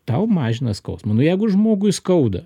tau mažina skausmą nu jeigu žmogui skauda